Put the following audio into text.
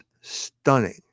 stunning